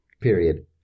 period